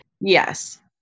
Yes